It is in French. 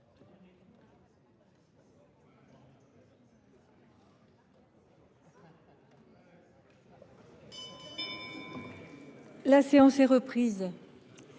La séance est reprise.